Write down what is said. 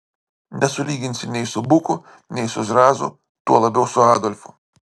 nesulyginsi nei su buku nei su zrazu tuo labiau su adolfu